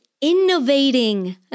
innovating